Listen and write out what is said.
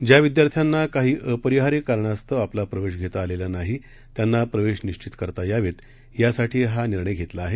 ज्या विद्यार्थ्यांना काही अपरिहार्य कारणास्तव आपला प्रवेश घेता आलेला नाही त्यांना प्रवेश निश्वित करता यावेत यासाठी हा निर्णय घेतला आहे